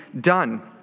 done